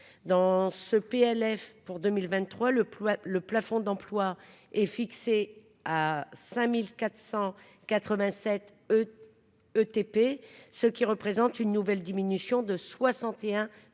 dans ce PLF pour 2023, le poids, le plafond d'emplois est fixé à 5487 E ETP, ce qui représente une nouvelle diminution de 61